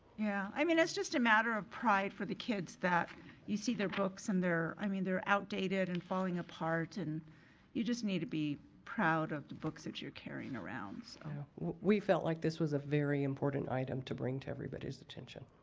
yeah, i mean it's just a matter of pride for the kids that you see their books and they're i mean they're outdated and falling apart and you just need to be proud of the books that you're carrying around we felt like this was a very important item to bring to everybody's attention.